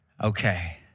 Okay